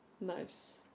Nice